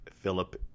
Philip